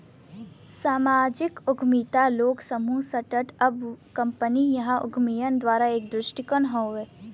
सामाजिक उद्यमिता लोग, समूह, स्टार्ट अप कंपनी या उद्यमियन द्वारा एक दृष्टिकोण हउवे